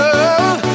Love